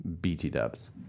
BT-Dubs